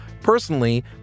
personally